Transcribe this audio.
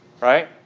Right